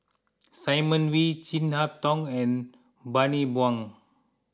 Simon Wee Chin Harn Tong and Bani Buang